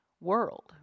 world